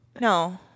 No